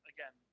Again